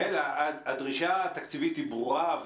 הדרישה התקציבית היא ברורה.